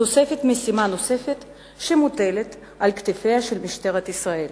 משימה נוספת שמוטלת על כתפיה של משטרת ישראל.